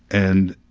and,